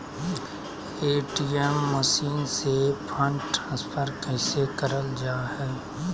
ATM machine से fund transfer कैसे करल जा है?